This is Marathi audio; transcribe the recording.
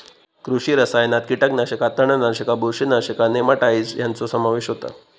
कृषी रसायनात कीटकनाशका, तणनाशका, बुरशीनाशका, नेमाटाइड्स ह्यांचो समावेश होता